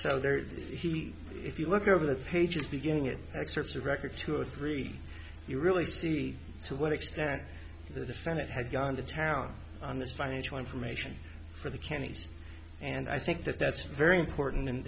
so there he if you look over the pages beginning at excerpts of record two or three you really see to what extent the defendant had gone to town on this financial information for the counties and i think that that's very important